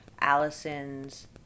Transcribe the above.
Allison's